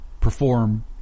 perform